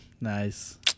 Nice